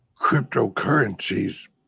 cryptocurrencies